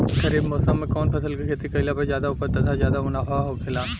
खरीफ़ मौसम में कउन फसल के खेती कइला पर ज्यादा उपज तथा ज्यादा मुनाफा होखेला?